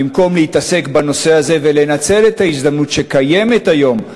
במקום להתעסק בנושא הזה ולנצל את ההזדמנות שקיימת היום,